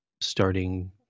starting